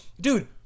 Dude